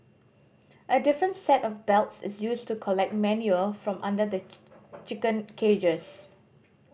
a different set of belts is used to collect manure from under the chicken cages